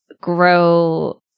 grow